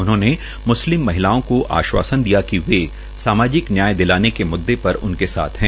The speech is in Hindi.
उन्होंने म्स्लिम महिलाओं को आशवासन दिया कि वे सामाजिक न्याय दिलाने के मुद्दे पर उनके साथ है